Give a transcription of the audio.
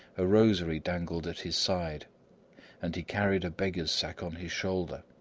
a rosary dangled at his side and he carried a beggar's sack on his shoulder.